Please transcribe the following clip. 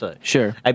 Sure